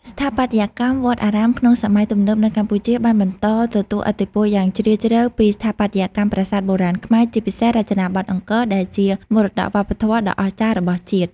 ស្ថាបត្យកម្មវត្តអារាមក្នុងសម័យទំនើបនៅកម្ពុជាបានបន្តទទួលឥទ្ធិពលយ៉ាងជ្រាលជ្រៅពីស្ថាបត្យកម្មប្រាសាទបុរាណខ្មែរ ជាពិសេសរចនាបថអង្គរ ដែលជាមរតកវប្បធម៌ដ៏អស្ចារ្យរបស់ជាតិ។